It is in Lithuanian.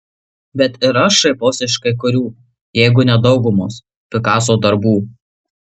bet ir aš šaipausi iš kai kurių jeigu ne daugumos pikaso darbų